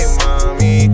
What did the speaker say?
mommy